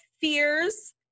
fears